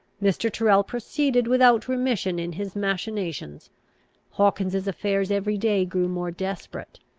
mr. tyrrel proceeded without remission in his machinations hawkins's affairs every day grew more desperate,